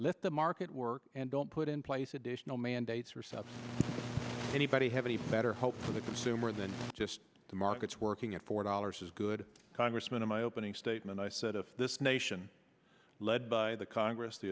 let the market work and don't put in place additional mandates for self anybody have any better hope for the consumer than just the markets working at four dollars is good congressman in my opening statement i said if this nation led by the congress the